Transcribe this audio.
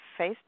Facebook